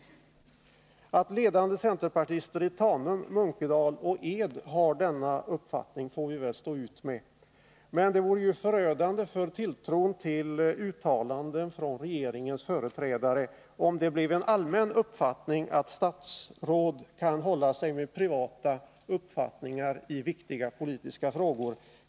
Att ledande centerpartister i Tanum, Munkedal och Ed har denna uppfattning får vi väl stå ut med, men det vore förödande för tilltron till uttalanden från regeringens företrädare om det blev en allmän uppfattning att statsråd kan hålla sig med privata uppfattningar i viktiga politiska frågor.